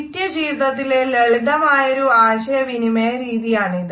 നിത്യ ജീവിതത്തിലെ ലളിതമായൊരു ആശയവിനിമയരീതിയാണത്